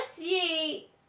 ye